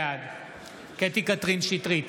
בעד קטי קטרין שטרית,